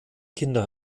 kinder